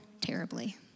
terribly